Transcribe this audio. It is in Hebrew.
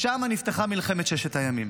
שם נפתחה מלחמת ששת הימים.